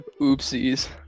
oopsies